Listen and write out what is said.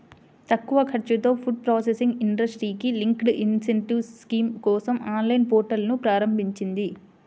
తక్కువ ఖర్చుతో food processing ఇండస్ట్రీకి లింక్డ్ ఇన్సెంటివ్ స్కీమ్ కోసం ఆన్లైన్ పోర్టల్ను ప్రారంభించింది